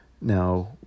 Now